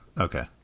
okay